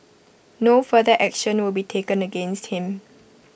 no further action will be taken against him